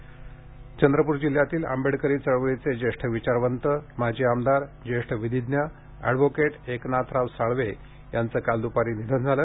निधन चंद्रपूर जिल्ह्यातील आंबेडकरी चळवळीचे ज्येष्ठ विचारवंत माजी आमदार जेष्ठ विधीज्ञ ऍडवोकेट एकनाथराव साळवे यांचे काल दुपारी निधन झाले